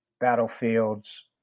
battlefields